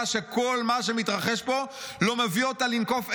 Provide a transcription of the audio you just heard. שכל מה שמתרחש פה לא מביא אותה לנקוף אצבע".